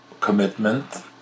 commitment